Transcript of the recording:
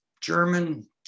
German